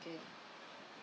okay